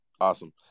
Awesome